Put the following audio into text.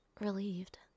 relieved